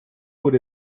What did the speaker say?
what